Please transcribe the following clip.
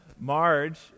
Marge